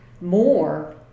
more